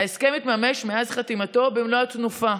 ההסכם התממש מאז חתימתו במלוא התנופה: